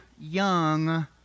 young